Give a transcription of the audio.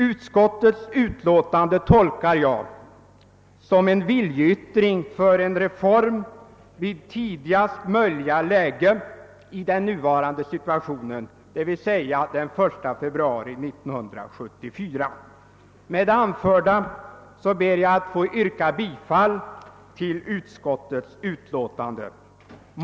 Utskottets utlåtande tolkar jag som en viljeyttring för en reform vid tidigast möjliga tidpunkt i nuvarande situation, d.v.s. den 1 februari 1974. Med det :anförda ber jag att få yrka bifall till utskottets förslag.